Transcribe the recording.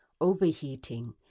overheating